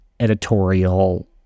editorial